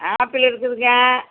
apple இருக்குதுங்க